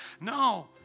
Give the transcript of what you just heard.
No